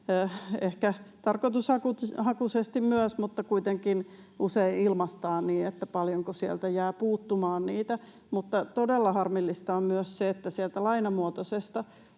myös tarkoitushakuisesti, mutta kuitenkin — usein ilmaistaan niin, paljonko sieltä jää puuttumaan. Mutta todella harmillista on myös se, että lainamuotoiseenkaan